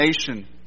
nation